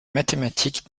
mathématiques